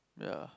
ya